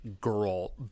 girl